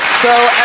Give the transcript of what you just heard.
so